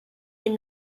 dem